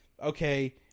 Okay